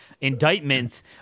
indictments